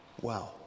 Wow